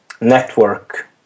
network